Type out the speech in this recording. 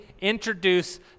introduce